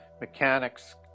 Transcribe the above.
mechanics